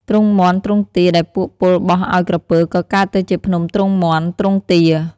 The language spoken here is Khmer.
ទ្រុងមាន់ ទ្រុងទា ដែលពួកពលបោះឲ្យក្រពើ ក៏កើតទៅជា ភ្នំទ្រុងមាន់ ទ្រុងទា។